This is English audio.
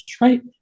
right